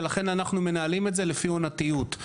ולכן אנחנו מנהלים את זה לפי עונתיות.